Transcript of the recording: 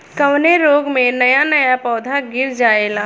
कवने रोग में नया नया पौधा गिर जयेला?